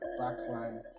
backline